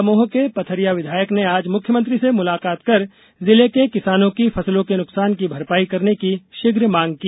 दमोह के पथरिया विधायक ने आज मुख्यमंत्री से मुलाकात कर जिले के किसानों की फसलों के नुकसान की भरपाई करने की शीघ्र मांग की